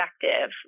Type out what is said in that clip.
perspective